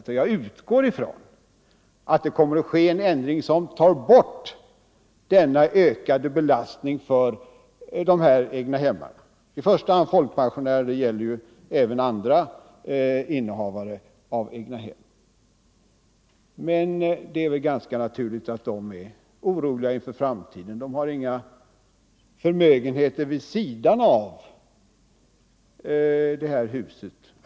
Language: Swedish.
Jag utgår — de kommunala ifrån att det kommer att ske en ändring som tar bort den ökade be = bostadstilläggen lastningen på innehavare av egnahem -— en belastning för i första hand folkpensionärer men även för andra innehavare av egnahem. Men det är ganska naturligt att dessa människor är oroade för framtiden. De har inga förmögenheter att ta till vid sidan av sina hus.